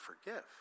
forgive